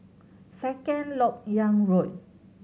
Second Lok Yang Road